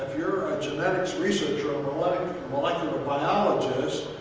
if you're a genetics researcher or like molecular biologist,